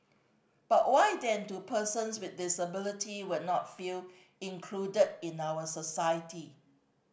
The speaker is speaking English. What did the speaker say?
but why then do persons with disabilities will not feel included in our society